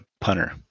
punter